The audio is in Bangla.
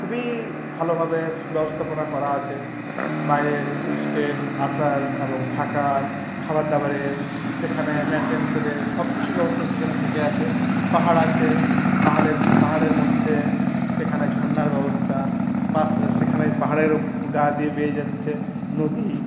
খুবই ভালোভাবে ব্যবস্থাপনা করা আছে বাইরের টুরিস্টের আসার এবং থাকার খাবার দাবারের সেখানে মেনটেন্সের সব কিছু ব্যবস্থা সেখানে থেকে আছে পাহাড় আছে পাহাড়ের পাহাড়ের মধ্যে সেখানে ঝর্ণার ব্যবস্থা পাশে সেখানে পাহাড়েরও গা দিয়ে বেয়ে যাচ্ছে নদী